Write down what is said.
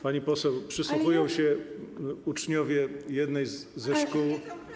Pani poseł, przysłuchują się uczniowie jednej ze szkół.